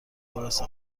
لباس